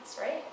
right